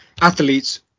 athletes